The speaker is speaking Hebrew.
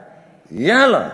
יאללה,